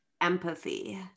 empathy